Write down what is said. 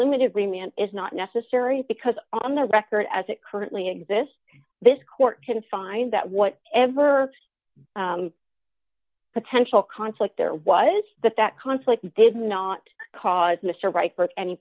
limited lenient is not necessary because on the record as it currently exists this court can find that what ever potential conflict there was that that conflict did not cause mr right but any